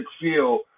feel